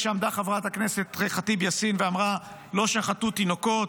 כשעמדה חברת הכנסת ח'טיב יאסין ואמרה: לא שחטו תינוקות,